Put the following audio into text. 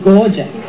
Gorgeous